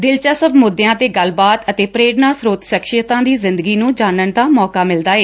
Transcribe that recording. ਦਿਲਚਸਪ ਮੁੱਦਿਆਂ ਤੇ ਗੱਲਬਾਤ ਅਤੇ ਪੁਰਣਾ ਸੋਤ ਸਖਸੀਅਤਾ ਦੀ ਜਿੰਦਗੀ ਨੂੰ ਜਾਣਨ ਦਾ ਮੌਕਾ ਮਿਲਦਾ ਏ